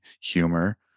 humor